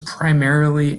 primarily